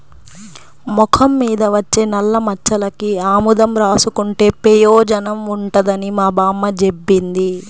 మొఖం మీద వచ్చే నల్లమచ్చలకి ఆముదం రాసుకుంటే పెయోజనం ఉంటదని మా బామ్మ జెప్పింది